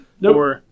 No